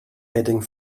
heading